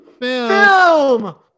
Film